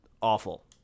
awful